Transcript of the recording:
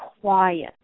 quiet